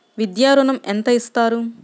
విద్యా ఋణం ఎంత ఇస్తారు?